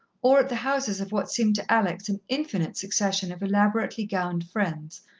or at the houses of what seemed to alex an infinite succession of elaborately-gowned friends,